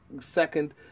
second